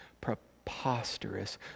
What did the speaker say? preposterous